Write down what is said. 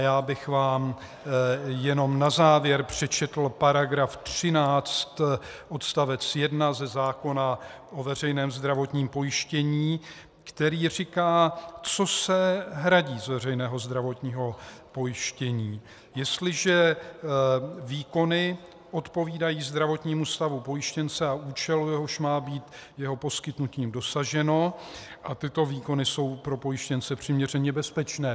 Jen bych vám na závěr přečetl § 13 odst. 1 ze zákona o veřejném zdravotním pojištění, který říká, co se hradí z veřejného zdravotního pojištění: Jestliže výkony odpovídají zdravotnímu stavu pojištěnce a účelu, jehož má být jeho poskytnutím dosaženo, a tyto výkony jsou pro pojištěnce přiměřeně bezpečné.